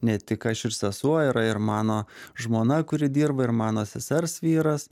ne tik aš ir sesuo yra ir mano žmona kuri dirba ir mano sesers vyras